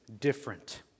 different